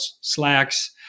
slacks